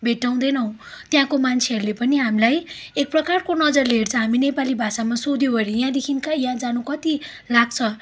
भेटाउँदैनौँ त्यहाँको मान्छेहरूले पनि हामीलाई एक प्रकारको नजरले हेर्छ हामी नेपाली भाषामा सोध्यो अरे यहाँदेखि कहाँ यहाँ जानु कति लाग्छ